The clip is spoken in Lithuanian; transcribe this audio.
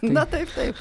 na taip taip